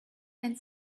and